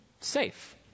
Safe